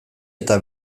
eta